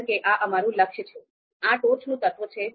કારણ કે આ અમારું લક્ષ્ય છે આ ટોચનું તત્વ છે